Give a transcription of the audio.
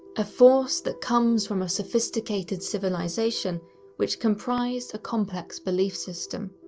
a force that comes from a sophisticated civilization which comprised a complex belief system.